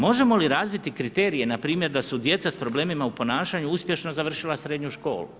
Možemo li razviti kriterije npr. da su djeca sa problemima u ponašanju uspješno završila srednju školu?